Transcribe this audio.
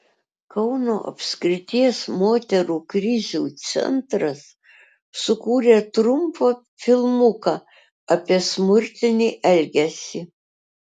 kauno apskrities moterų krizių centras sukūrė trumpą filmuką apie smurtinį elgesį